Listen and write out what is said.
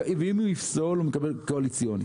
ואם הוא יפסול הוא מקבל ביקורת קואליציונית.